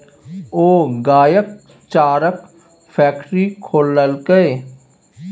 ओ गायक चाराक फैकटरी खोललकै